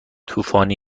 طوفانی